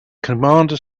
commander